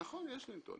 נכון, יש לי נתונים.